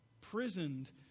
prisoned